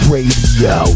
Radio